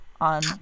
on